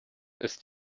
ist